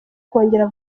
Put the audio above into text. kongera